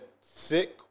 Sick